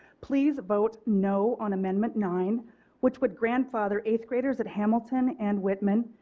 please vote no on amendment nine which would grandfather eighth graders at hamilton and whitman.